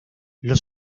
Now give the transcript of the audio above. los